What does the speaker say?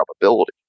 probability